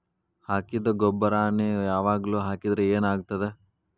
ಹಾಕಿದ್ದ ಗೊಬ್ಬರಾನೆ ಯಾವಾಗ್ಲೂ ಹಾಕಿದ್ರ ಏನ್ ಆಗ್ತದ?